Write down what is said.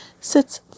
sits